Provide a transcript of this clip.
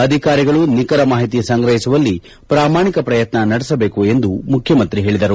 ಅಧಿಕಾರಿಗಳು ನಿಖರ ಮಾಹಿತಿ ಸಂಗ್ರಹಿಸುವಲ್ಲಿ ಪ್ರಾಮಾಣಿಕ ಪ್ರಯತ್ನ ನಡೆಸಬೇಕು ಎಂದು ಮುಖ್ಯಮಂತ್ರಿ ಹೇಳಿದರು